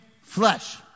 flesh